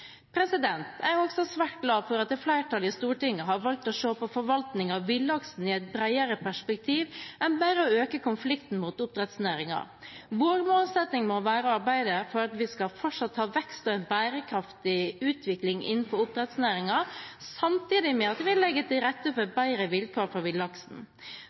Jeg er også svært glad for at flertallet i Stortinget har valgt å se på forvaltning av villaksen i et bredere perspektiv enn bare å øke konflikten med oppdrettsnæringen. Vår målsetting må være å arbeide for at vi fortsatt skal ha vekst og en bærekraftig utvikling innenfor oppdrettsnæringen, samtidig med at vi legger til rette for bedre vilkår for villaksen.